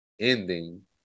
ending